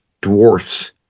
dwarfs